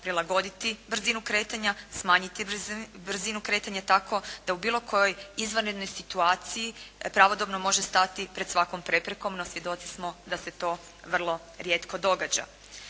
prilagoditi brzinu kretanja, smanjiti brzinu kretanja tako da u bilo kojoj izvanrednoj situaciji pravodobno može stati pred svakom preprekom, no svjedoci smo da se to vrlo rijetko događa.